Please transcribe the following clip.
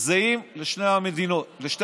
זהים לשתי המדינות,